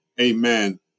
Amen